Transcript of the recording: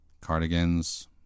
cardigans